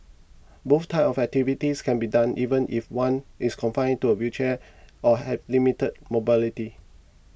both types of activities can be done even if one is confined to a wheelchair or have limited mobility